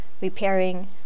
repairing